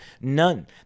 none